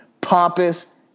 pompous